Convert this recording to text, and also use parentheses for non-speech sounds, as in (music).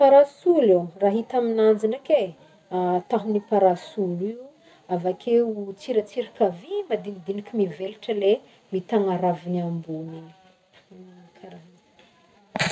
Parasolo, raha hita amignanjy ndreky e (hesitation) tahon'ny parasolo io, avakeo tsiratsiraka vy madinidiniky mivelatra lay mitagna raviny ambôny iny, (unintelligible) karaha an'io.